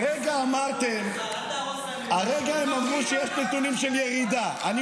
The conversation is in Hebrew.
הרגע הם אמרו שיש נתונים של ירידה, אה, של עלייה.